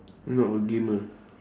not a gamer